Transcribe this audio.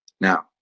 Now